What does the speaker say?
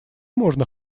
можно